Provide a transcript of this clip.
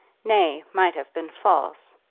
nay, might have been false,